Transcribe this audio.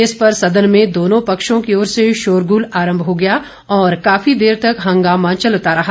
इस पर सदन में दोनों पक्षों की ओर से शोरगूल आरंभ हो गया और काफी देर तक हंगामा चलता रहा